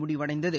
முடிவடைந்தது